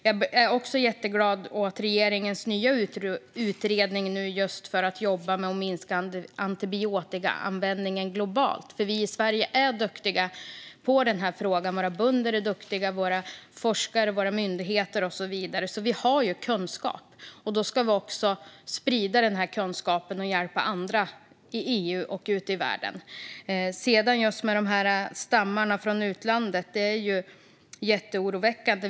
Jag är också jätteglad åt regeringens nya utredning för att minska antibiotikaanvändningen globalt. I Sverige är våra bönder, våra forskare, våra myndigheter och så vidare duktiga på det här, så vi har ju kunskap. Då ska vi sprida den och hjälpa andra i EU och övriga världen. Bakteriestammarna från utlandet är mycket oroväckande.